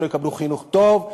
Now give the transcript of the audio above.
הילדים שלו יקבלו חינוך טוב,